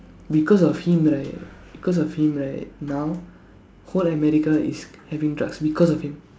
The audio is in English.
because of him right because of him right now whole America is having drugs because of him